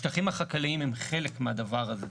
השטחים החקלאיים הם חלק מהדבר הזה.